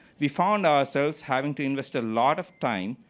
we found ourselves having to invest a lot of time